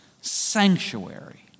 sanctuary